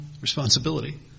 responsibility